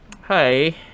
Hi